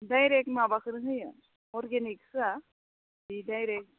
direct माबाखोनो होयो organic होआ ओइ डाइरेक्ट